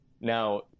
Now